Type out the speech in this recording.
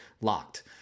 locked